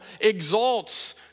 exalts